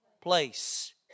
place